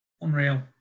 Unreal